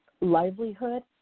livelihood